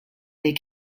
des